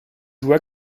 joue